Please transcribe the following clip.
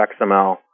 XML